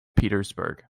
petersburg